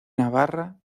navarra